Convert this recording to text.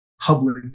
public